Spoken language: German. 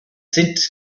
sind